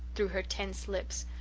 through her tense lips.